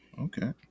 okay